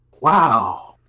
Wow